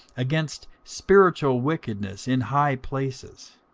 against spiritual wickedness in high places.